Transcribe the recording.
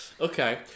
Okay